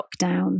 lockdown